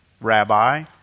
Rabbi